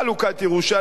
חלוקת ירושלים,